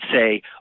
say